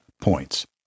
points